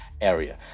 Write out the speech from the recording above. area